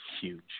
huge